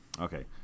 Okay